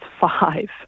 five